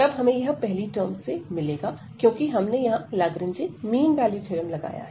तब हमें यह पहली टर्म से मिलेगा क्योंकि हमने यहां लाग्रांज मीन वैल्यू थ्योरम लगाया है